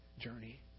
journey